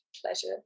pleasure